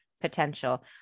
potential